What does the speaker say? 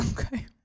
Okay